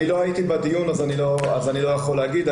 אני לא הייתי בדיון אז אני לא יכול להגיד.